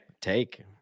Take